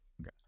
Okay